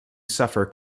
suffer